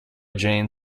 jane